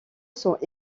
sont